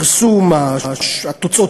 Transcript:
אבל חשיפת